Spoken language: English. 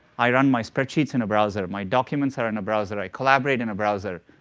i run my spreadsheets in a browser, my documents are in a browser, i collaborate in a browser.